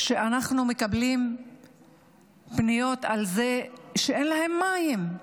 אנחנו מקבלים פניות על זה שאין להם מים,